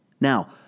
Now